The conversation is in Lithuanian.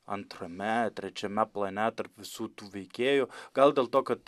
antrame trečiame plane tarp visų tų veikėjų gal dėl to kad